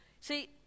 See